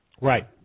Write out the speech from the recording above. Right